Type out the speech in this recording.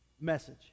message